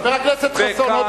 חבר הכנסת חסון.